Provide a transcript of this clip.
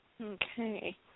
Okay